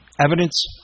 Evidence